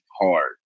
hard